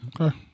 Okay